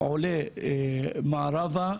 עולה מערבה,